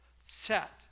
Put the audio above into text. set